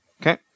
Okay